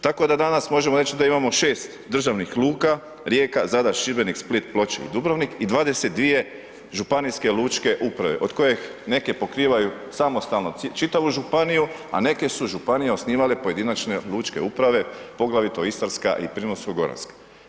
Tako da danas možemo reći da imamo 6 državnih luka, Rijeka, Zadar, Šibenik, Split, Ploče i Dubrovnik i 22 županijske lučke uprave od kojih neke pokrivaju samostalno čitavu županiju, a neke su županije osnivale pojedinačne lučke uprave, poglavito istarska i primorsko-goranska.